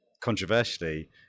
controversially